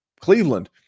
Cleveland